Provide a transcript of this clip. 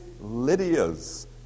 Lydia's